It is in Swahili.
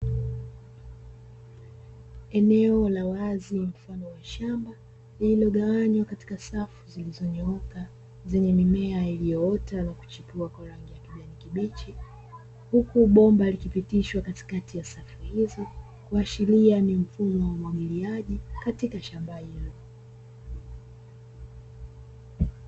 Eneo la wazi mfano wa shamba na lillilogawanywa katika safu zilizo nyooka zenye mimea iliyoota na kuchipua kwa rangi ya kijani kibichi, huku bomba likipitishwa katikati ya safu hizo kuashiria ni mfumo wa umwagiliaji katika shambani hilo.